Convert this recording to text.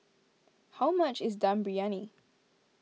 how much is Dum Briyani